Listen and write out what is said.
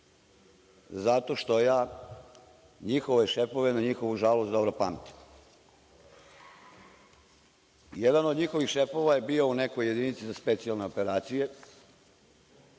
zato što ja njihove šefove na njihovom žalu dobro pamtim. Jedan od njihovih šefova je bio u nekoj jedinici za specijalne operacije,